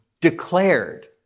declared